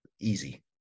easy